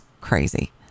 crazy